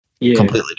Completely